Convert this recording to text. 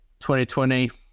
2020